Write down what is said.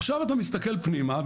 עכשיו אתה מסתכל פנימה,